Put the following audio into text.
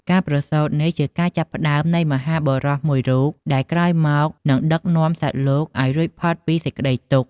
ការប្រសូតនេះជាការចាប់ផ្តើមនៃមហាបុរសមួយរូប ដែលក្រោយមកនឹងដឹកនាំសត្វលោកឱ្យរួចផុតពីសេចក្ដីទុក្ខ។